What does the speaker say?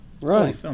right